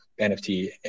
NFT